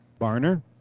Barner